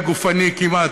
הגופני כמעט,